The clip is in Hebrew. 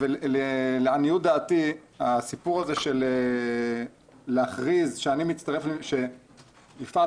לעניות דעתי הסיפור הזה של להכריז שיפעת